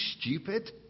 stupid